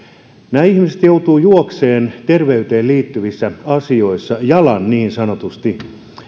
nämä ihmiset joutuvat juoksemaan terveyteen liittyvissä asioissa jalan niin sanotusti